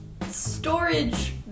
Storage